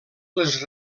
les